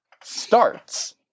starts